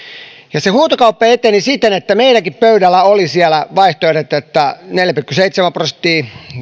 ja se huutokauppa eteni siten että meilläkin pöydällä oli vaihtoehdot neljä pilkku seitsemän prosenttia